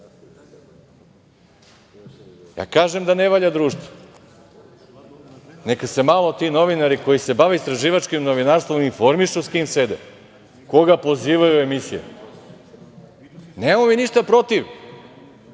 evra. Kažem da ne valja društvo. Neka se malo ti novinari koji se bave istraživačkim novinarstvom informišu sa kim sede, koga pozivaju u emisije. Nemamo mi ništa protiv